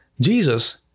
Jesus